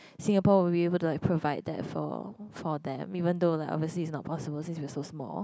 Singapore we were able to like provide that for for them even thought like oversea is not possible since we are so small